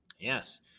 yes